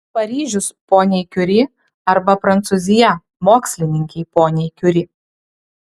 paryžius poniai kiuri arba prancūzija mokslininkei poniai kiuri